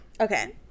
Okay